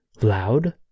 loud